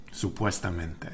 Supuestamente